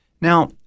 Now